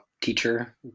teacher